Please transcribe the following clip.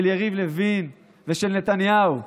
של יריב לוין ושל נתניהו.